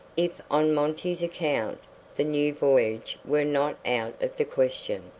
if on monty's account the new voyage were not out of the question.